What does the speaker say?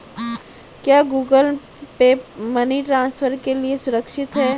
क्या Google Pay money transfer के लिए सुरक्षित है?